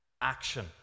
Action